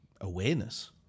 awareness